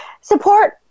support